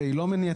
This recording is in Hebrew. והיא לא מניעתית.